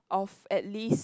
of at least